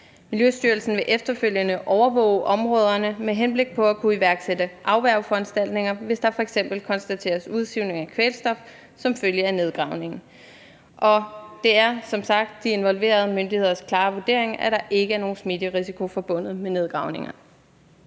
Miljøstyrelsen vil efterfølgende overvåge områderne med henblik på at kunne iværksætte afværgeforanstaltninger, hvis der f.eks. konstateres udsivning af kvælstof som følge af nedgravningen. Og det er som sagt de involverede myndigheders klare vurdering, at der ikke er nogen smitterisiko forbundet med nedgravningerne.